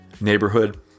neighborhood